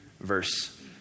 verse